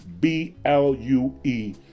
B-L-U-E